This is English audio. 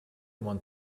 want